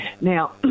Now